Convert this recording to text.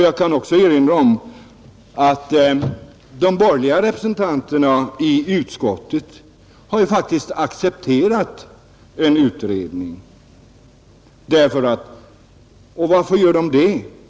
Jag kan också erinra om att de borgerliga representanterna i utskottet faktiskt har accepterat en utredning. Varför det?